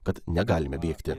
kad negalime bėgti